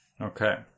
Okay